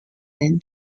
then